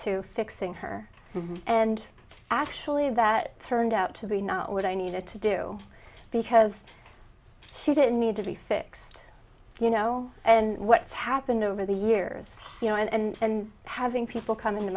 to fixing her and actually that turned out to be not what i needed to do because she didn't need to be fixed you know and what's happened over the years you know and having people come into